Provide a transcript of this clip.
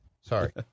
Sorry